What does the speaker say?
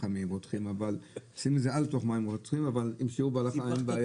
מאז ועד היום לא עושים בתחום הזה שום דבר.